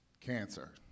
Cancer